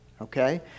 okay